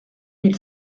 mille